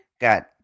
Got